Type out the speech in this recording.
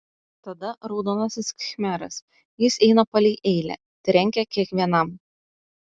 tada raudonasis khmeras jis eina palei eilę trenkia kiekvienam